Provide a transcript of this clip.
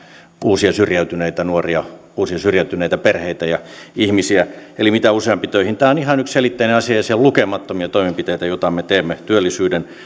uusia syrjäytyneitä nuoria uusia syrjäytyneitä perheitä ja ihmisiä sitä paremmin mitä useampi saadaan töihin tämä on ihan yksiselitteinen asia ja siellä on lukemattomia toimenpiteitä joita me teemme työllisyyden